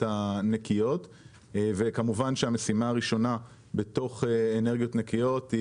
הנקיות וכמובן שהמשימה הראשונה בתוך אנרגיות נקיות היא